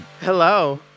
Hello